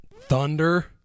Thunder